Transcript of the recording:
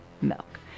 milk